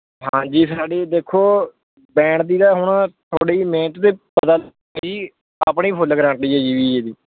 ਹਾਂਜੀ ਸਾਡੇ ਦੇਖੋ ਬੈਂਡ ਦੀ ਤਾਂ ਹੁਣ ਤੁਹਾਡੀ ਮਿਹਨਤ 'ਤੇ ਪਤਾ ਲੱਗੁੁੂਗਾ ਜੀ ਆਪਣੀ ਫੁੱਲ ਗਰੰਟੀ ਹੈ ਜੀ ਵੀਜ਼ੇ ਦੀ